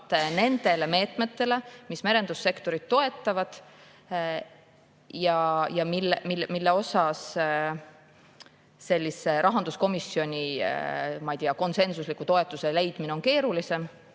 nendele meetmetele, mis merendussektorit toetavad ja mille osas rahanduskomisjonis konsensusliku toetuse leidmine on keerulisem,